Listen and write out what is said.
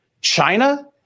China